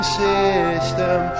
system